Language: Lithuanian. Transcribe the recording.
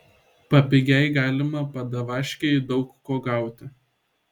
papigiaj galima padavaškėj daug ko gauti